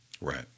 Right